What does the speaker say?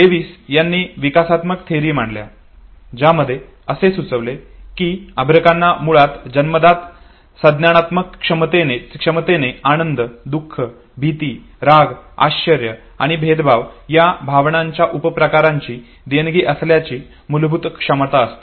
Lewis यांनी विकासात्मक theory मांडली ज्यामध्ये असे सुचविले कि अर्भकांना मुळात जन्मजात संज्ञानात्मक क्षमतेने आनंद दुख भीती राग आश्चर्य आणि द्वेषभाव या भावनांच्या उपप्रकारांची देणगी असण्याची मूलभूत क्षमता असते